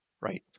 Right